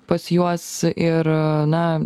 pas juos ir na